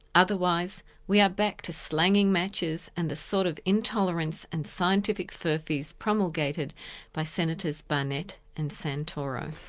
otherwise we are back to slanging matches and the sort of intolerance and scientific furphies promulgated by senators barnett and santoro.